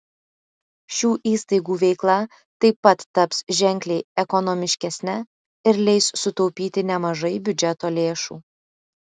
šių įstaigų veikla taip pat taps ženkliai ekonomiškesne ir leis sutaupyti nemažai biudžeto lėšų